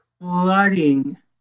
Flooding